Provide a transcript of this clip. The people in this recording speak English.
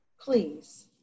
please